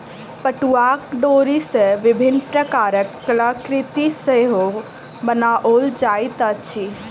पटुआक डोरी सॅ विभिन्न प्रकारक कलाकृति सेहो बनाओल जाइत अछि